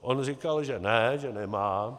On říkal, že ne, že nemá.